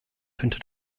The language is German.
könnte